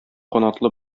канатлы